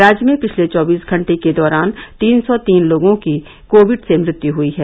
राज्य में पिछले चौबीस घंटे के दौरान तीन सौ तीन लोगों की कोविड से मृत्यु हुई है